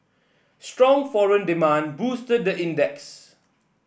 strong foreign demand boosted the index